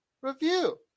review